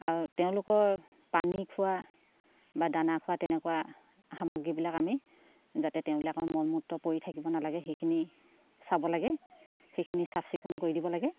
আৰু তেওঁলোকৰ পানী খোৱা বা দানা খোৱা তেনেকুৱা সামগ্ৰীবিলাক আমি যাতে তেওঁলোকৰ মল মূত্ৰ পৰি থাকিব নালাগে সেইখিনি চাব লাগে সেইখিনি চাফ চিকুণ কৰি দিব লাগে